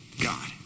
God